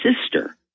sister